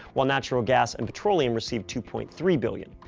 while natural gas and petroleum received two point three billion.